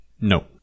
No